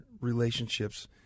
relationships